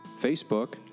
Facebook